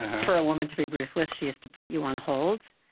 for a woman to be ruthless, she has to put you on hold.